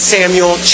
Samuel